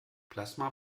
plasma